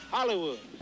Hollywood